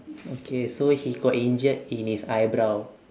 okay so he got injured in his eyebrow